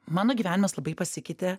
mano gyvenimas labai pasikeitė